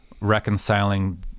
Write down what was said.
reconciling